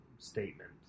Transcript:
statement